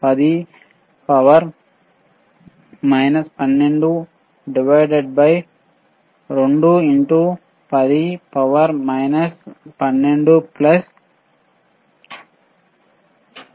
01 into 10 12 2 into 10 12 plus 0